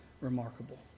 remarkable